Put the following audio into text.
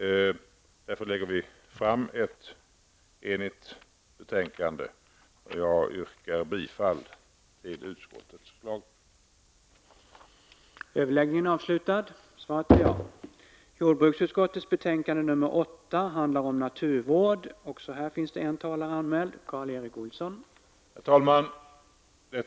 Jordbruksutskottet lägger därför fram ett enigt betänkande, och jag yrkar bifall till utskottets hemställan.